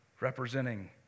representing